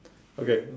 okay nevermind